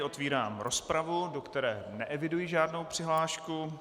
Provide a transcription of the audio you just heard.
Otvírám rozpravu, do které neeviduji žádnou přihlášku.